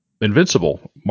Invincible